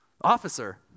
Officer